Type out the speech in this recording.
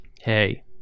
Hey